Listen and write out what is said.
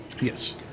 Yes